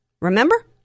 Remember